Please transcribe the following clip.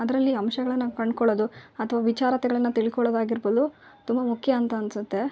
ಅದರಲ್ಲಿ ಅಂಶಗಳನ್ನು ಕಂಡ್ಕೊಳ್ಳೋದು ಅಥ್ವ ವಿಚಾರತೆಗಳನ್ನು ತಿಳ್ಕೊಳ್ಳೋದಾಗಿರ್ಬೋದು ತುಂಬ ಮುಖ್ಯ ಅಂತ ಅನ್ಸುತ್ತೆ